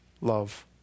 love